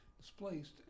displaced